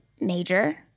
major